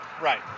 Right